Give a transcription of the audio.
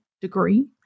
degree